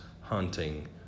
hunting